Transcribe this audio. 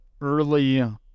early